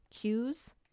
cues